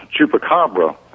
chupacabra